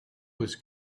was